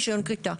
רישיון כריתה.